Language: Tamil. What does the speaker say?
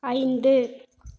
ஐந்து